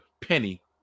Penny